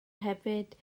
hefyd